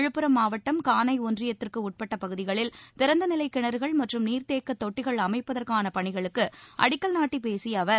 விழுப்புரம் மாவட்டம் கானை ஒன்றியத்திற்கு உட்பட்ட பகுதிகளில் திறந்தநிலை கிணறுகள் மற்றும் நீர்த்தேக்க தொட்டிகள் அமைப்பதற்கான பணிகளுக்கு அடிக்கல் நாட்டிப் பேசிய அவர்